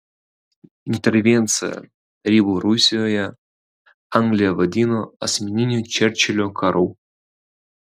intervenciją tarybų rusijoje anglija vadino asmeniniu čerčilio karu